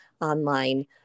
online